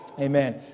Amen